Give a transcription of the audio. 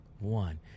One